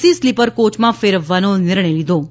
C sleeper કોચમાં ફેરવવાનો નિર્ણય લીધો છે